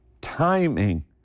timing